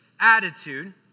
attitude